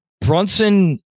Brunson